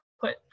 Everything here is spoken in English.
put